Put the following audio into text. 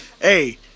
hey